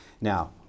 Now